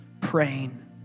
praying